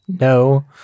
No